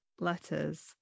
letters